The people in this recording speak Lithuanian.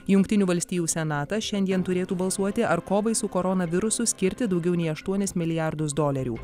jungtinių valstijų senatas šiandien turėtų balsuoti ar kovai su koronavirusu skirti daugiau nei aštuonis milijardus dolerių